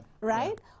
right